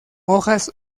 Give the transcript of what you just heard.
hojas